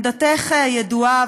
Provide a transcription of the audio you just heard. עמדתך ידועה,